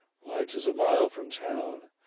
why, tis a mile from town.